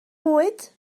bwyd